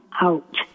out